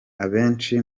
abenshi